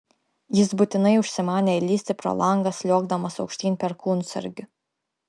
jis būtinai užsimanė įlįsti pro langą sliuogdamas aukštyn perkūnsargiu